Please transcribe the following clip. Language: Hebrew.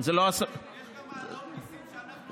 יש גם העלאות מיסים שאנחנו לא,